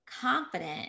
confident